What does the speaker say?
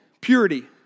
Purity